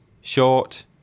short